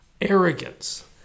Arrogance